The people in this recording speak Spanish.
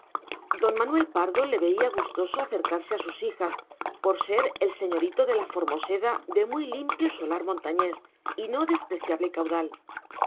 don manuel pardo le veía gustoso acercarse a sus hijas por ser el señorito de la formoseda de muy limpio solar montañés y no despreciable caudal